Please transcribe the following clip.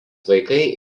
vaikai